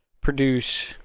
produce